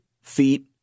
feet